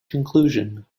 conclusion